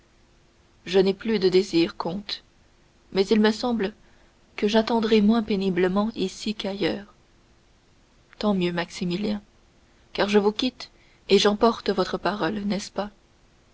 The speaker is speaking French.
je n'ai plus de désir comte mais il me semble que j'attendrai moins péniblement ici qu'ailleurs tant mieux maximilien car je vous quitte et j'emporte votre parole n'est-ce pas